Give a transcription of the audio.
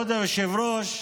כבוד היושב-ראש,